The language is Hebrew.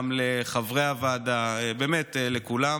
גם לחברי הוועדה ובאמת לכולם.